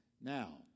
Now